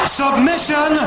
submission